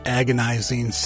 agonizing